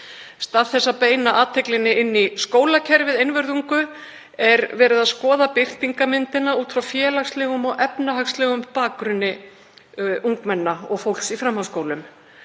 stað þess að beina athyglinni inn í skólakerfið einvörðungu er verið að skoða birtingarmyndina út frá félagslegum og efnahagslegum bakgrunni ungmenna og fólks í framhaldsskólum.